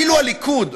אפילו הליכוד,